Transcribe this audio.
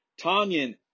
Tanyan